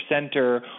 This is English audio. center